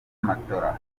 matola